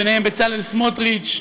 ובהם בצלאל סמוטריץ,